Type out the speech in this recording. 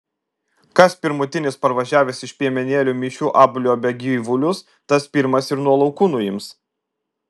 kas pirmutinis parvažiavęs iš piemenėlių mišių apliuobia gyvulius tas pirmas ir nuo laukų nuims